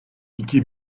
iki